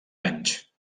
anys